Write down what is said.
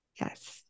Yes